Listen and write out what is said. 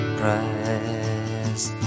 price